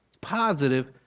positive